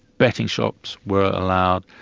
betting shops were allowed,